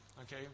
okay